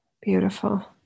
Beautiful